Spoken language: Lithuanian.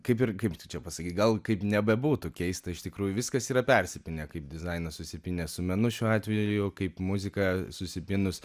kaip ir kaip čia pasakyt gal kaip nebebūtų keista iš tikrųjų viskas yra persipynę kaip dizainas susipynęs su menu šiuo atveju kaip muzika susipynus